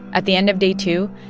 at the end of day two,